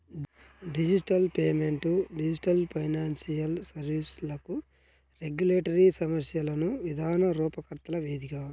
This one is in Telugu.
డిజిటల్ పేమెంట్ డిజిటల్ ఫైనాన్షియల్ సర్వీస్లకు రెగ్యులేటరీ సమస్యలను విధాన రూపకర్తల వేదిక